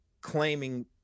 claiming